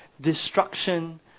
destruction